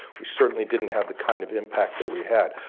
we certainly didn't have the kind of impact that we had.